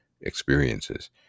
experiences